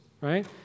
right